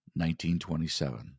1927